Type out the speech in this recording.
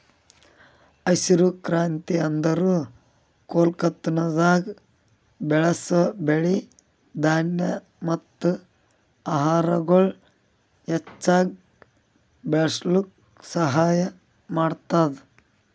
ಹಸಿರು ಕ್ರಾಂತಿ ಅಂದುರ್ ಒಕ್ಕಲತನದಾಗ್ ಬೆಳಸ್ ಬೆಳಿ, ಧಾನ್ಯ ಮತ್ತ ಆಹಾರಗೊಳ್ ಹೆಚ್ಚಿಗ್ ಬೆಳುಸ್ಲುಕ್ ಸಹಾಯ ಮಾಡ್ತುದ್